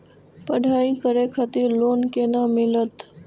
पढ़ाई करे खातिर लोन केना मिलत?